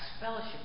fellowship